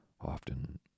often